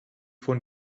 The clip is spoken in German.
von